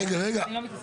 רגע.